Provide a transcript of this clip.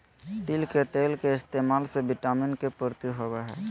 तिल के तेल के इस्तेमाल से विटामिन के पूर्ति होवो हय